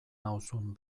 nauzun